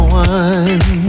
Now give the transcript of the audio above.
one